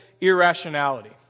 irrationality